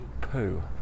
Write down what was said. poo